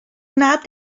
nad